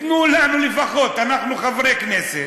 תנו לנו, לפחות, אנחנו חברי כנסת,